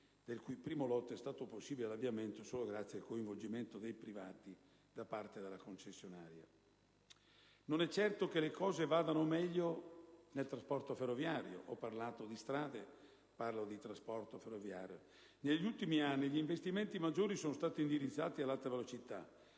del cui primo lotto è stato possibile l'avviamento solo grazie al coinvolgimento dei privati da parte della concessionaria. Non è che le cose vadano meglio nel trasporto ferroviario. Negli ultimi anni gli investimenti maggiori sono stati indirizzati all'Alta Velocità,